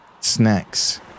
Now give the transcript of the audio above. Snacks